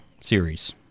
Series